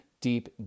deep